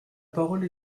parole